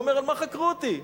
הוא אומר: על מה חקרו אותי?